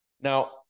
Now